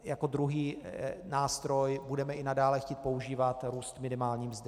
Jako druhý nástroj budeme i nadále chtít používat růst minimální mzdy.